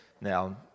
Now